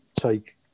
take